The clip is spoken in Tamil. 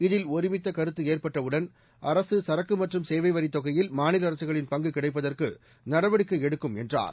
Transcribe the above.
இதில் ஒருமித்தகருத்துஏற்பட்டவுடன் அரசுசரக்குமற்றும் சேவைவரிதொகையில் மாநிலஅரசுகளின் பங்குகிடைப்பதற்குநடவடிக்கைஎடுக்கப்படும் என்றார்